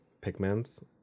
pigments